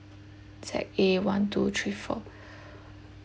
Z A one two three four